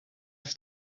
have